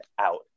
out